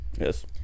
Yes